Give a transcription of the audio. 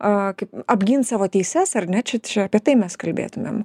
a kaip apgint savo teises ar net šičia apie tai mes kalbėtumėm